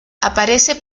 aparece